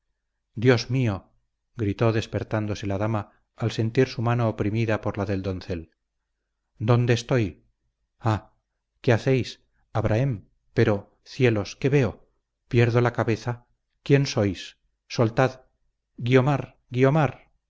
dios mío gritó despertándose la dama al sentir su mano oprimida por la del doncel dónde estoy ah qué hacéis abrahem pero cielos qué veo pierdo la cabeza quién sois soltad guiomar guiomar